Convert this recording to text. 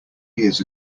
years